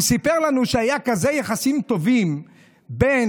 הוא סיפר לנו שהיו כאלה יחסים טובים בין